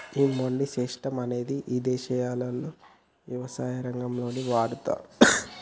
ఈ మండీ సిస్టం అనేది ఇదేశాల్లో యవసాయ రంగంలో వాడతాన్రు